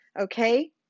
Okay